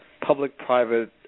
public-private